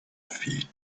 feet